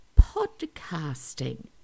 podcasting